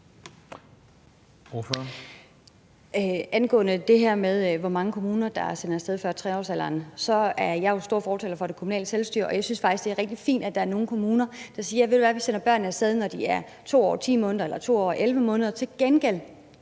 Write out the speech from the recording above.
angår det her med, hvor mange kommuner der sender af sted før 3-årsalderen, så er jeg stor fortaler for det kommunale selvstyre, og jeg synes faktisk, det er rigtig fint, at der er nogle kommuner, der siger: Vi sender børnene af sted, når de er 2 år og 10 måneder eller 2 år og 11 måneder, men til gengæld